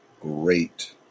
great